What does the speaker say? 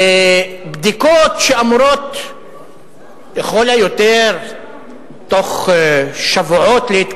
בדיקות שאמורות להתקיים לכל היותר בתוך שבועות.